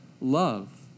love